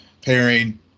pairing